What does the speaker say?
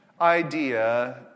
idea